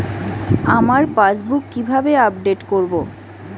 আমার পাসবুক কিভাবে আপডেট করবো?